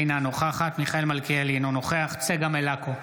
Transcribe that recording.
אינה נוכחת מיכאל מלכיאלי, אינו נוכח צגה מלקו,